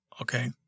okay